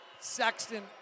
Sexton